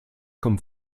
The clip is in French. comme